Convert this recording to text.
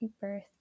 birth